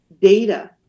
data